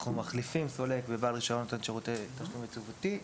אנחנו מחליפים סולק בבעל רישיון נותן שירותי תשלום יציבותי,